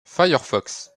firefox